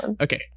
okay